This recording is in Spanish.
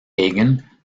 hagan